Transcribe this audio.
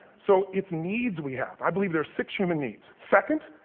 so it's needs we have. i believe there are six human needs. second,